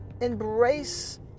embrace